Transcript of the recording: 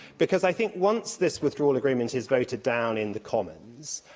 because i think, once this withdrawal agreement is voted down in the commons,